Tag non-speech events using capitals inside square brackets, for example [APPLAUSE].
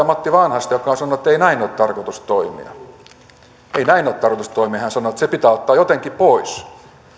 [UNINTELLIGIBLE] matti vanhasta joka on sanonut että ei näin ole tarkoitus toimia ei näin ole tarkoitus toimia hän sanoi se pitää ottaa jotenkin pois